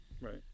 Right